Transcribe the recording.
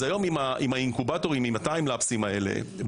היום עם האינקובטורים עם הטיימלאפסים האלה,